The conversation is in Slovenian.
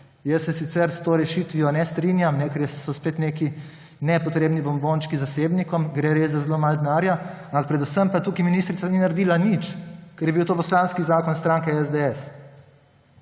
Jaz se sicer s to rešitvijo ne strinjam, ker so spet neki nepotrebni bombončki zasebnikom, gre res za zelo malo denarja, predvsem pa tukaj ministrica ni naredila nič, ker je bil to poslanski zakon stranke SDS.